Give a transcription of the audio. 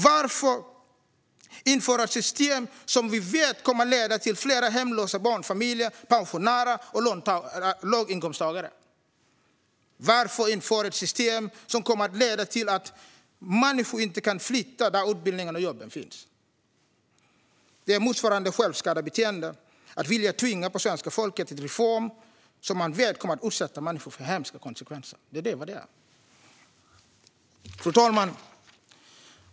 Varför införa ett system som vi vet kommer att leda till fler hemlösa barnfamiljer, pensionärer och låginkomsttagare? Varför införa ett system som kommer att leda till att människor inte kan flytta dit utbildningarna och jobben finns? Det är motsvarande självskadebeteende att vilja tvinga på svenska folket en reform som man vet kommer att utsätta människor för hemska konsekvenser. Det är nämligen vad det är. Fru talman!